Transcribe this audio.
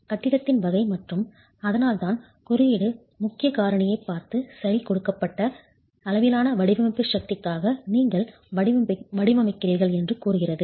கட்டிடத்தின் வகை மற்றும் அதனால்தான் குறியீடு முக்கிய காரணியைப் பார்த்து சரி கொடுக்கப்பட்ட அளவிலான வடிவமைப்பு சக்திக்காக நீங்கள் வடிவமைக்கிறீர்கள் என்று கூறுகிறது